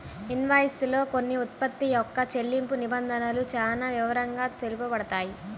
invoice లో కొన్న ఉత్పత్తి యొక్క చెల్లింపు నిబంధనలు చానా వివరంగా తెలుపబడతాయి